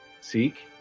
seek